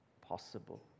possible